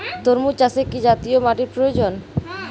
তরমুজ চাষে কি জাতীয় মাটির প্রয়োজন?